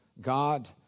God